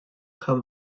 have